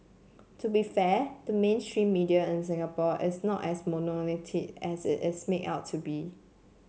to be fair the mainstream media in Singapore is not as monolithic as it's made out to be